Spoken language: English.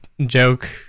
joke